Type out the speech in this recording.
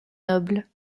noble